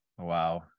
Wow